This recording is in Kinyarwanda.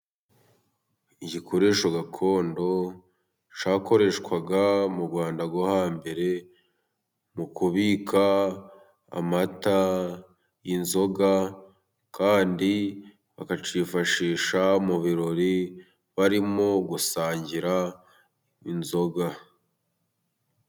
Igikoresho gakondo cyakoreshwaga mu Rwanda rwo hambere mu kubika amata, inzoga kandi bakakifashisha mu birori barimo gusangira inzoga.